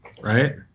right